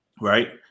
right